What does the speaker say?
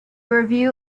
review